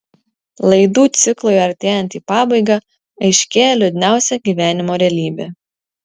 laidų ciklui artėjant į pabaigą aiškėja liūdniausia gyvenimo realybė